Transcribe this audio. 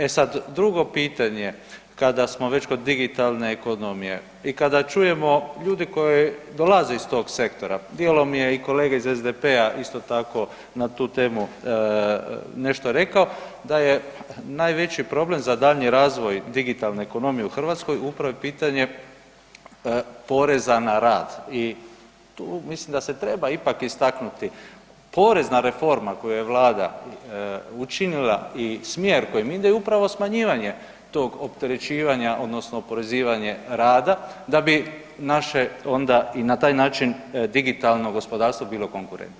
E sad drugo pitanje kada smo već kod digitalne ekonomije i kada čujemo ljude koji dolaze iz tog sektora, dijelom je i kolega iz SDP-a isto tako na tu temu nešto rekao, da je najveći problem za daljnji razvoj digitalne ekonomije u Hrvatskoj upravo i pitanje poreza na rad i tu mislim da se ipak treba istaknuti porezna reforma koju je Vlada učinila i smjer kojim ide je upravo smanjivanje tog opterećivanja odnosno oporezivanje rada da bi naše onda i na taj način digitalno gospodarstvo bilo konkurentnije.